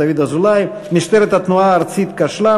משטרת התנועה הארצית כשלה,